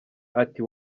ati